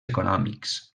econòmics